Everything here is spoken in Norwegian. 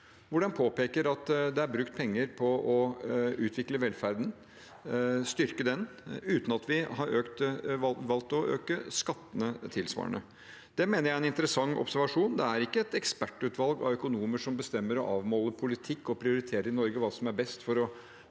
hvor det påpeker at det er brukt penger på å utvikle velferden, styrke den, uten at vi har valgt å øke skattene tilsvarende. Det mener jeg er en interessant observasjon. Det er ikke et ekspertutvalg av økonomer som bestemmer og avmåler politikk og prioriterer hva som er best i